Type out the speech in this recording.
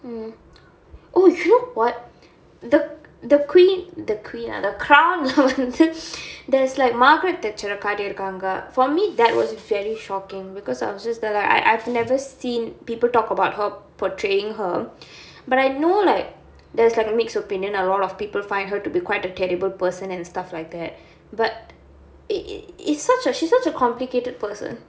mmhmm oh you know what the the queen the queen ah the crown leh வந்து:vanthu there's like margaret thatcher காட்டிருக்காங்க:kaattirukaanga for me that was very shocking because I was just there like I I I've never seen people talk about her portraying her but I know like there's like a mixed opinon a lot of people find her to be quite a terrible person and stuff like that but e~ its such a she's such a complicated person